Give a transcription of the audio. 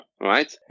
right